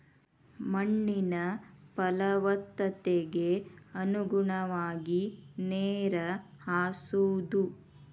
ಮಣ್ಣಿನ ಪಲವತ್ತತೆಗೆ ಅನುಗುಣವಾಗಿ ನೇರ ಹಾಸುದು